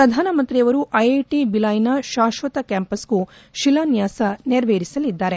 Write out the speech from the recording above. ಪ್ರಧಾನಮಂತ್ರಿಯವರು ಐಐಟಿ ಭಿಲಾಯ್ನ ಶಾಕ್ತತ ಕ್ಲಾಂಪಸ್ಗೂ ಶಿಲಾನ್ಯಾಸ ನೆರವೇರಿಸಲಿದ್ದಾರೆ